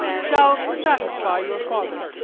shall satisfy your father.